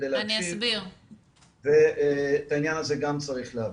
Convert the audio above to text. את העניין הזה גם צריך להבהיר.